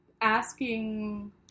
asking